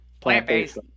Plant-based